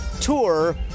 tour